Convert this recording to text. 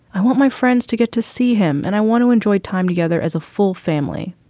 i want my friends to get to see him. and i want to enjoy time together as a full family.